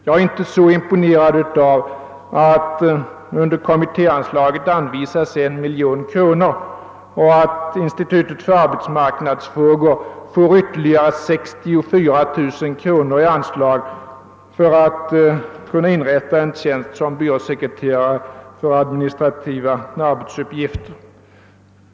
Jag är inte så imponerad av att det under kommittéanslaget anvisas 1 miljon kronor och att institutet för arbetsmarknadsfrågor får ytterligare 64 000 kronor i anslag för att kunna inrätta en. tjänst som byråsekreterare för administrativa arbetsuppgifter.